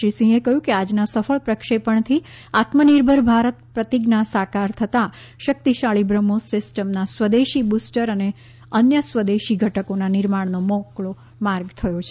શ્રી સિંહે કહ્યું આજના સફળ પ્રક્ષેપણથી આત્મનિર્ભર ભારત પ્રતિજ્ઞા સાકાર થતાં શક્તિશાળી બ્રહ્મોસ સિસ્ટમના સ્વદેશી બૂસ્ટર અને અન્ય સ્વદેશી ઘટકોના નિર્માણનો માર્ગ મોકળો થયો છે